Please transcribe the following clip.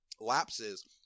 lapses